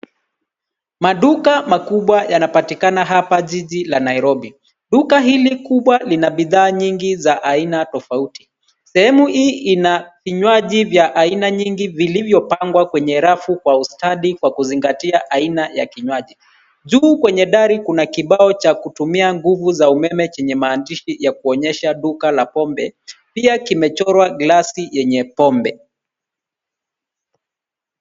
Maduka makubwa yanapatikana hapa jiji la Nairobi. Duka hili kubwa lina bidhaa nyingi za aina tofauti. Sehemu hii ina vinywaji vya aina nyingi vilivyopangwa kwenye rafu kwa ustadi, kwa kuzingatia aina ya kinywaji. Juu kwenye dari kuna kibao cha kutumia nguvu za umeme chenye maandishi ya kuonyesha duka la pombe, pia kimechorwa glasi yenye pombe.